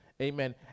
Amen